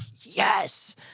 yes